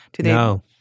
no